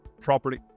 property